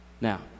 Now